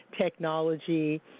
technology